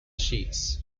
sheets